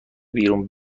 بیرون